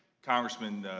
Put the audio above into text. congressman,